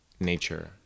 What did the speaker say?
nature